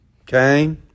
Okay